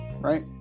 Right